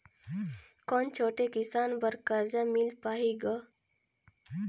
कौन छोटे किसान बर कर्जा मिल पाही ग?